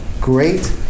great